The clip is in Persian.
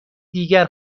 دیگر